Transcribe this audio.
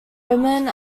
women